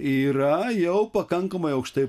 yra jau pakankamai aukštai